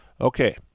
Okay